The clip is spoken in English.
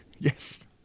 Yes